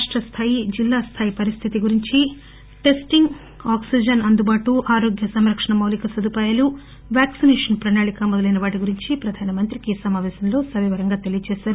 రాష్ట స్థాయి జిల్లా స్థాయి పరిస్టితి గురించి టెస్టింగ్ ఆక్పిజన్ అందుబాటు ఆరోగ్య సంరక్షణ మౌలిక సదుపాయాలు వ్యాక్పినేషన్ ప్రణాళిక మొదలైన వాటి గురించి ప్రధాన మంత్రికి సవివరంగా తెలియజేశారు